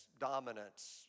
dominance